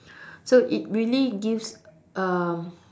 so it really gives um